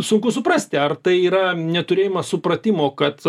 sunku suprasti ar tai yra neturėjimas supratimo kad